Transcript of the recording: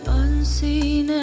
unseen